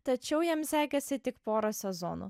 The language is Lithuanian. tačiau jam sekėsi tik pora sezonų